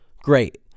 Great